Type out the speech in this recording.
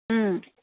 ꯎꯝ